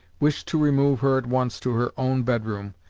wished to remove her at once to her own bed room,